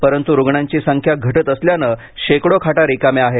परंतु रुग्णांची संख्या घटत असल्याने शेकडो खाटा रिकाम्या आहेत